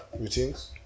Routines